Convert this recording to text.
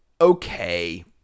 okay